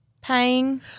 paying